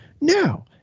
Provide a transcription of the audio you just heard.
No